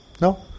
No